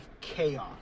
chaos